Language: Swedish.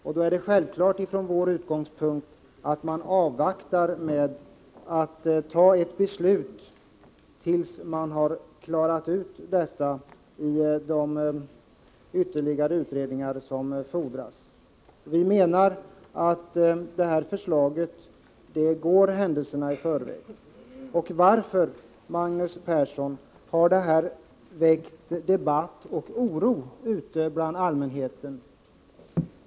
För oss är det självklart att man då väntar med att fatta beslut tills detta klarats ut genom de ytterligare utredningar som fordras. Vi menar att det här förslaget går händelserna i förväg. Varför, Magnus Persson, har det här väckt debatt och oro hos allmänheten?